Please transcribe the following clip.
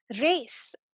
race